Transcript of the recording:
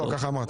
לא, ככה אמרת.